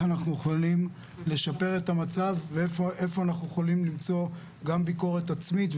אנחנו יכולים לשפר את המצב ואיפה אנחנו יכולים למצוא גם ביקורת עצמית,